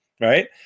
right